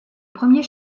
premier